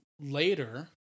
later